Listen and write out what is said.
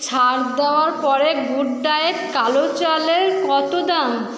ছাড় দেওয়ার পরে গুড ডায়েট কালো চালের কত দাম